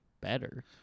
better